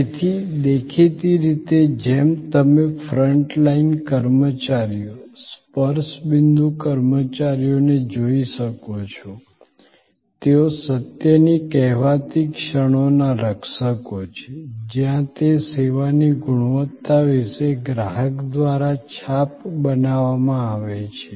તેથી દેખીતી રીતે જેમ તમે ફ્રન્ટ લાઇન કર્મચારીઓ સ્પર્શ બિંદુ કર્મચારીઓને જોઈ શકો છો તેઓ સત્યની કહેવાતી ક્ષણોના રક્ષકો છે જ્યાં તે સેવાની ગુણવત્તા વિશે ગ્રાહક દ્વારા છાપ બનાવવામાં આવે છે